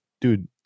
dude